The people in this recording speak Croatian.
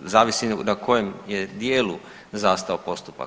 zavisi na kojem je dijelu zastao postupak.